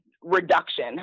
reduction